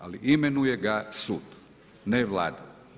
Ali imenuje ga sud, ne Vlada.